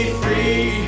free